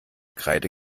kreide